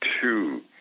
two